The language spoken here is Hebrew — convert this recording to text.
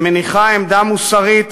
שמניחה עמדה מוסרית,